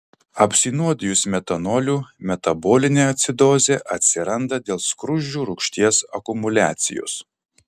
apsinuodijus metanoliu metabolinė acidozė atsiranda dėl skruzdžių rūgšties akumuliacijos